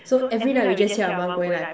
so every night we just hear our mom going like